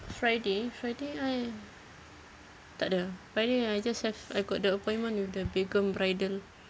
friday friday I takde friday I just have I got the appointment with the begum bridal